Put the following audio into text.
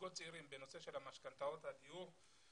לזוגות צעירים בנושא של משכנתאות לדיור,